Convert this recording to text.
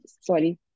sorry